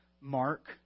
Mark